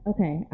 Okay